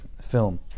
film